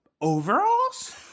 overalls